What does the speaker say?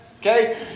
okay